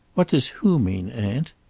what does who mean, aunt?